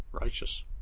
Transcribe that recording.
Righteous